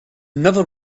never